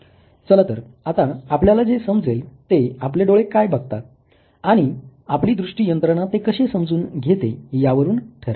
चला तर आता आपल्याला जे समजेल ते आपले डोळे काय बघता आणि आपली दृष्टी यंत्रणा ते कसे समजून घेते यावरून ठरेल